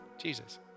Jesus